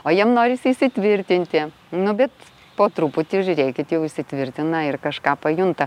o jiem norisi įsitvirtinti nu bet po truputį žiūrėkit jau įsitvirtina ir kažką pajunta